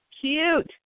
cute